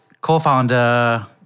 co-founder